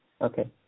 Okay